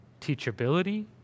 teachability